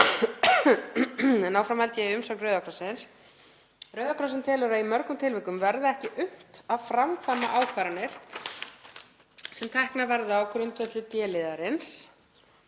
Áfram held ég í umsögn Rauða krossins: „Rauði krossinn telur að í mörgum tilvikum verði ekki unnt að framkvæma ákvarðanir sem teknar verða á grundvelli d-liðarins